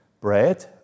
bread